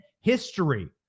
history